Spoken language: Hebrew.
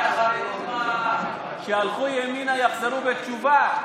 אולי, שהלכו ימינה יחזרו בתשובה.